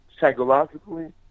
psychologically